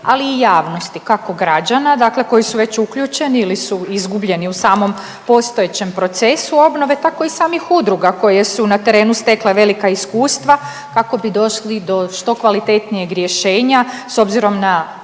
ali i javnosti kako građana koji su već uključeni ili su izgubljeni u samom postojećem procesu obnove tako i samih udruga koje su na terenu stekle velika iskustava kako bi došli do što kvalitetnijeg rješenja s obzirom na